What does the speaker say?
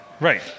Right